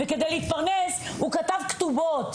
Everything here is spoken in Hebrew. וכדי להתפרנס הוא כתב כתובות.